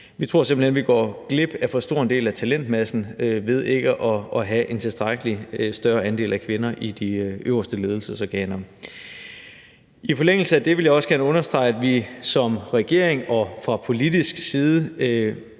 Vi tror simpelt hen, at vi går glip af for stor en del af talentmassen ved ikke at have en tilstrækkelig større andel af kvinder i de øverste ledelsesorganer. I forlængelse af det vil jeg også gerne understrege, at vi som regering og fra politisk side,